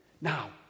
Now